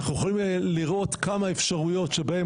אנחנו יכולים לראות כמה אפשרויות שבהן